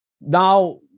now